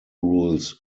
rules